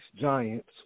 Giants